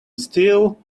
steel